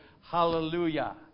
Hallelujah